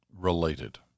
related